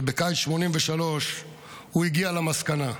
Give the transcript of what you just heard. ובקיץ 1983 הוא הגיע למסקנה.